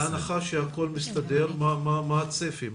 בהנחה שהכול מסתדר מה הצפי?